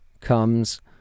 comes